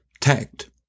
TACT